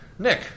Nick